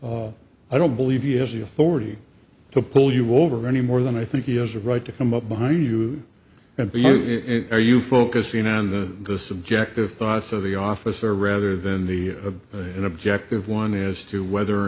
officer i don't believe he has the authority to pull you over any more than i think he has a right to come up behind you and are you focusing on the the subject of thoughts of the officer rather than the objective one as to whether or